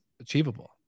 achievable